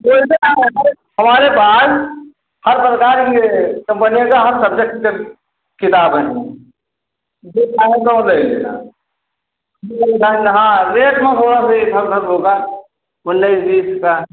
हमारे हमारे पास हर प्रकार की यह कम्पनियों की हर सब्जेक्ट की किताबें हैं जो चाहिए वह ले लेना हाँ रेट में थोड़ा से इधर उधर होगा उन्नीस बीस का